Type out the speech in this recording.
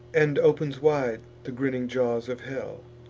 and opens wide the grinning jaws of hell.